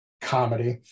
comedy